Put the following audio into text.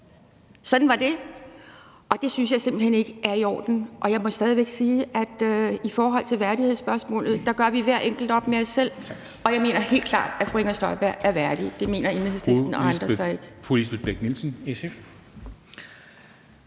Sådan var det, og det synes jeg simpelt hen ikke er i orden, og jeg må stadig væk sige i forhold til værdighedsspørgsmålet, at hver enkelt gør det op med sig selv, og jeg mener helt klart, at fru Inger Støjberg er værdig. Det mener Enhedslisten og andre så ikke.